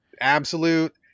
absolute